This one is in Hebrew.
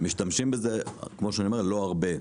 משתמשים בזה אבל לא הרבה.